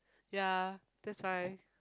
ya that's why